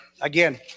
Again